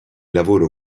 lavoro